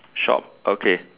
shop okay